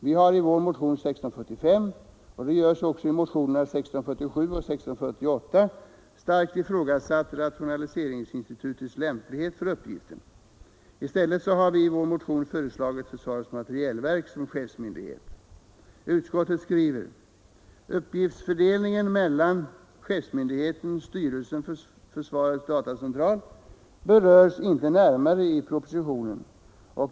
Vi har i vår motion nr 1645 — och det görs också i motionerna 1647 och 1648 — starkt ifrågasatt rationaliseringsinstitutets lämplighet för uppgiften. I stället har vi i vår motion föreslagit försvarets materielverk som chefsmyndighet. ”Uppgiftsfördelningen mellan chefsmyndigheten, styrelsen och FDC berörs inte närmare i propositionen.